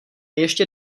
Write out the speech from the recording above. ještě